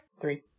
Three